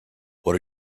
what